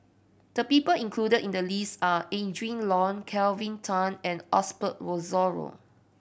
the people included in the list are Adrin Loi Kelvin Tan and Osbert Rozario